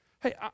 Hey